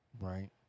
Right